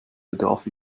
bedarf